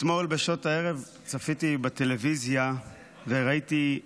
אתמול בשעות הערב צפיתי בטלוויזיה וראיתי